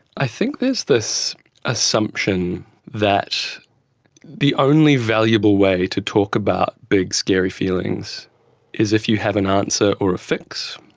i think there is this assumption that the only valuable way to talk about big scary feelings is if you have an answer or a fix.